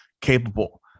capable